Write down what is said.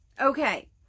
Okay